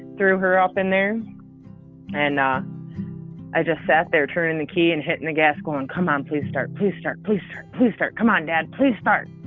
threw her up in there and i just sat there turning the key and hitting the gas going, come on, please start. please start, please, please start. come on dad, please start.